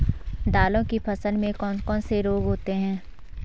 दालों की फसल में कौन कौन से रोग होते हैं?